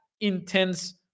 intense